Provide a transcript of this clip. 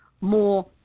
more